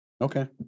Okay